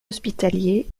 hospitaliers